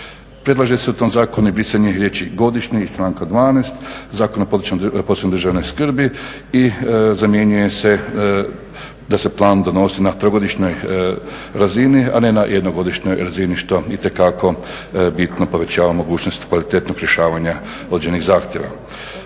Predlaže se u tom zakonu i brisanje riječi godišnji iz članka 12. Zakona o područjima posebne državne skrbi i zamjenjuje se da se plan donosi na trogodišnjoj razini, a ne na jednogodišnjoj razini što itekako bitno povećava mogućnost kvalitetnog rješavanja određenih zahtjeva.